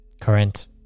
Current